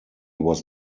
was